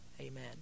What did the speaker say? amen